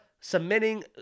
submitting